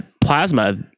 Plasma